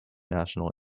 national